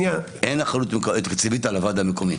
אין אחריות תקציבית על הוועד המקומית.